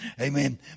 amen